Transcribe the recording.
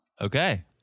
Okay